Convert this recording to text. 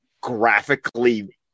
graphically